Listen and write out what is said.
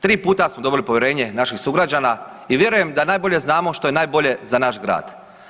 Tri puta smo dobili povjerenje naših sugrađana i vjerujem da najbolje znamo što je najbolje za naš grad.